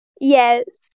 Yes